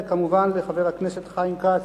וכמובן לחבר הכנסת חיים כץ,